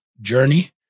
journey